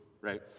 right